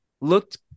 looked